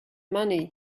money